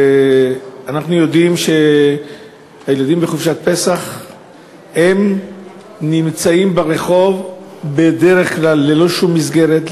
אנחנו יודעים שהילדים בחופשת פסח נמצאים ברחוב בדרך כלל ללא שום מסגרת,